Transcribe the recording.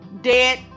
dead